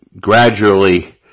gradually